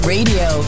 Radio